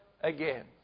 again